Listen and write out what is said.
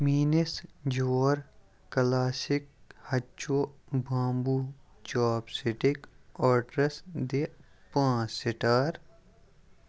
میٛٲنِس جور کَلاسِک ہچو بامبوٗ چاپ سٹِک آڈرَس دِ پانٛژھ سِٹار